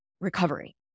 recovery